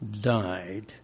died